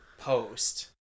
post